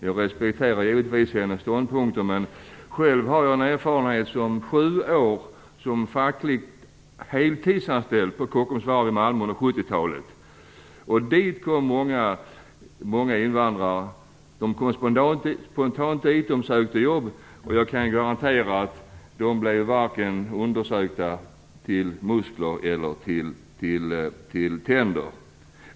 Jag respekterar givetvis hennes ståndpunkter. Själv har jag erfarenhet från sju år som heltidsanställd facklig representant på Kockums varv i Malmö under 70-talet. Dit kom många invandrare spontant och sökte jobb. Jag kan garantera att de varken blev undersökta när det gällde muskler eller tänder.